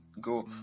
go